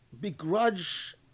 begrudge